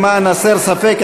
למען הסר ספק,